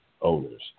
owners